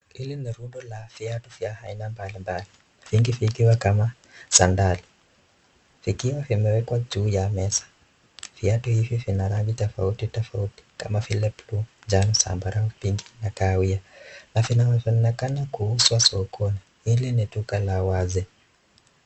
Hili ni rundo la viatu aina mbalimbali, vingi vikiwa kama sandali, vikiwa vimewekwa juu ya meza. Viatu hivi vina rangi tofauti tofauti kama vile buluu, jani, zambarau, pinki na kahawia. Vinaonekana kuuzwa sokoni, hili ni duka la wazi.